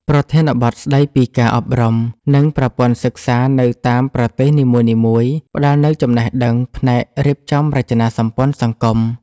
ប្រធានបទស្ដីពីការអប់រំ និងប្រព័ន្ធសិក្សានៅតាមប្រទេសនីមួយៗ ផ្ដល់នូវចំណេះដឹងផ្នែករៀបចំរចនាសម្ព័ន្ធសង្គម។